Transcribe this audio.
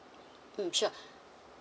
mm sure